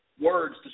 words